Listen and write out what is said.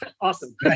Awesome